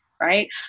Right